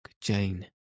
Jane